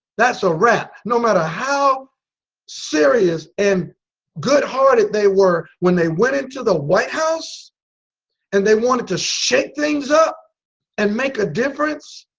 that's a wrap. no matter how serious and good hearted they were when they went into the white house and they wanted to shake things up and make a difference.